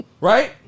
right